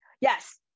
yes